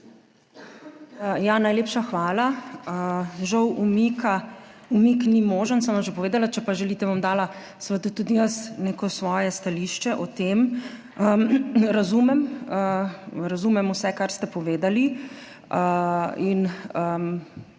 Najlepša hvala. Žal, umik ni možen, sem vam že povedala. Če pa želite, bom dala seveda tudi jaz neko svoje stališče o tem. Razumem vse, kar ste povedali, in